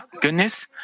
goodness